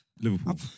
Liverpool